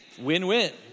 Win-win